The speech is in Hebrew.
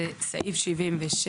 בסעיף 77,